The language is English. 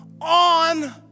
on